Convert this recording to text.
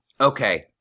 Okay